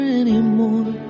anymore